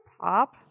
pop